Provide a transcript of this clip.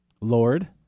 Lord